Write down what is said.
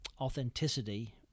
authenticity